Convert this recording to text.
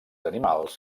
animals